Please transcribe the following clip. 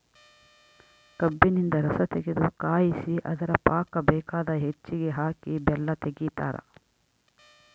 ಕಬ್ಬಿನಿಂದ ರಸತಗೆದು ಕಾಯಿಸಿ ಅದರ ಪಾಕ ಬೇಕಾದ ಹೆಚ್ಚಿಗೆ ಹಾಕಿ ಬೆಲ್ಲ ತೆಗಿತಾರ